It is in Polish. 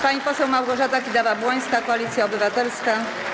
Pani poseł Małgorzata Kidawa-Błońska, Koalicja Obywatelska.